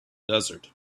desert